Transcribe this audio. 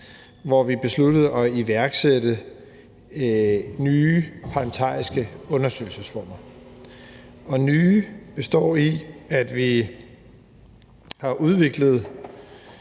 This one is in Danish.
hvor vi besluttede at iværksætte nye parlamentariske undersøgelsesformer. »Nye« består i, at vi har udviklet